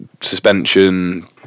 Suspension